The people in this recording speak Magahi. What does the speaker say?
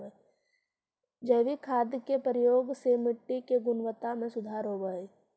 जैविक खाद के प्रयोग से मट्टी के गुणवत्ता में सुधार होवऽ हई